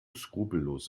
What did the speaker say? skrupellos